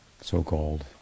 So-called